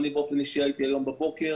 אני באופן אישי הייתי היום בבוקר.